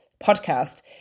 podcast